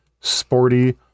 sporty